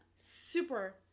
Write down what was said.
super